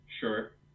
Sure